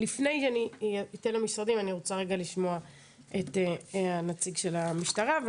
לפני שאני אתן למשרדים אני רוצה רגע לשמוע את הנציג של המשטרה.